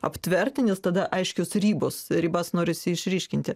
aptverti nes tada aiškios ribos ribas norisi išryškinti